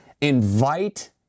invite